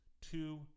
two